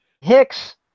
Hicks